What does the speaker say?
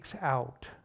out